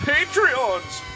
Patreons